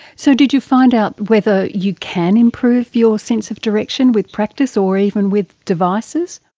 so did you find out whether you can improve your sense of direction with practice or even with devices?